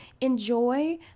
enjoy